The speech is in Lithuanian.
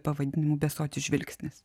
pavadinimu besotis žvilgsnis